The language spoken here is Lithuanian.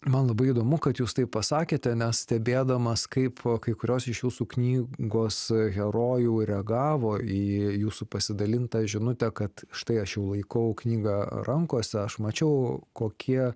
man labai įdomu kad jūs tai pasakėte nes stebėdamas kaip kai kurios iš jūsų knygos herojų reagavo į jūsų pasidalintą žinutę kad štai aš jau laikau knygą rankose aš mačiau kokie